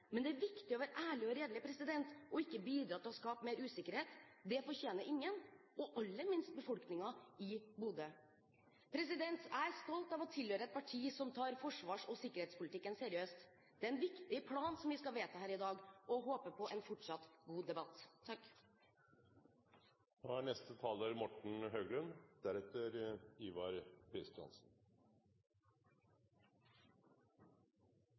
Men det er viktig å være ærlig og redelig og ikke bidra til å skape mer usikkerhet. Det fortjener ingen, aller minst befolkningen i Bodø. Jeg er stolt av å tilhøre et parti som tar forsvars- og sikkerhetspolitikken seriøst. Det er en viktig plan vi skal vedta her i dag. Jeg håper på en fortsatt god debatt.